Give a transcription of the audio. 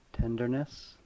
tenderness